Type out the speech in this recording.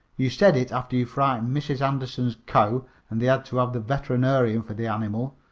you said it after you frightened mrs. anderson's cow and they had to have the veterinarian for the animal,